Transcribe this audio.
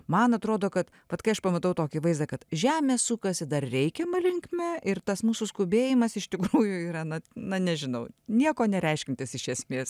man atrodo kad vat kai aš pamatau tokį vaizdą kad žemė sukasi dar reikiama linkme ir tas mūsų skubėjimas iš tikrųjų yra na na nežinau nieko nereiškiantis iš esmės